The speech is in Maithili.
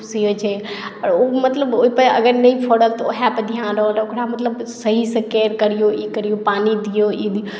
खुशी होइत छै आओर ओ मतलब ओहिपर अगर नहि फड़ल तऽ उएहपर ध्यान रहल ओकरा मतलब सहीसँ केयर करियौ पानि दियौ ई दियौ